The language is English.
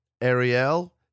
Ariel